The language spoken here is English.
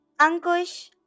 Ankush